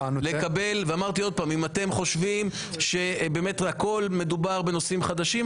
אמרתי שאם אתם חושבים שבאמת בכל מדובר בנושאים חדשים,